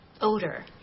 odor